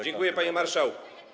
Dziękuję, panie marszałku.